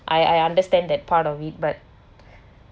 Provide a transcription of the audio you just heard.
I I understand that part of it but